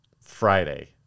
Friday